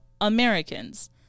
Americans